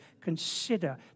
consider